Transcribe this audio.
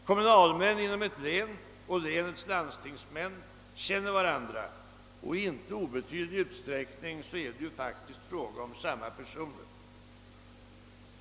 Kommunalmän inom ett län och länets landstingsmän känner varandra och i inte obetydlig utsträckning är det faktiskt fråga om samma personer.